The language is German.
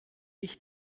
ich